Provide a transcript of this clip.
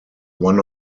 one